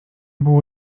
było